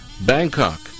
Bangkok